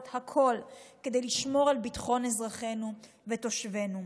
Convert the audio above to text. הכול כדי לשמור על ביטחון אזרחינו ותושבינו.